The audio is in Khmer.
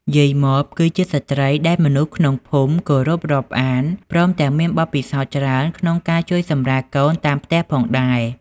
យាយម៉បគឺជាស្ត្រីដែលមនុស្សក្នុងភូមិគោរពរាប់អាន ព្រមទាំងមានបទពិសោធន៍ច្រើនក្នុងការជួយសម្រាលកូនតាមផ្ទះផងដែរ។